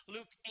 Luke